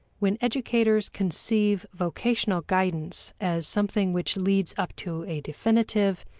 when educators conceive vocational guidance as something which leads up to a definitive,